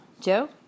Joe